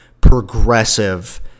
progressive